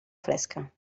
fresca